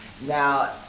Now